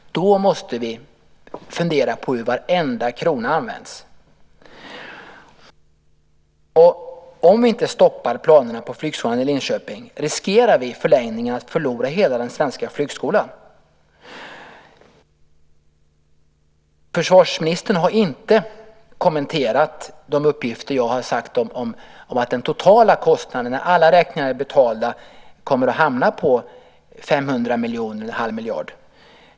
Då måste vi fundera på hur varenda krona används. Om vi inte stoppar planerna på flygskolan i Linköping riskerar vi i förlängningen att förlora hela den svenska flygskolan. Försvarsministern har inte kommenterat de uppgifter jag har fört fram om att den totala kostnaden, när alla räkningar är betalda, kommer att hamna på 500 miljoner - 1⁄2 miljard.